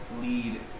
lead